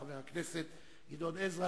חבר הכנסת גדעון עזרא,